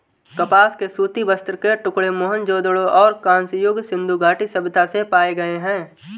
कपास के सूती वस्त्र के टुकड़े मोहनजोदड़ो और कांस्य युग सिंधु घाटी सभ्यता से पाए गए है